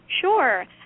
Sure